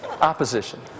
opposition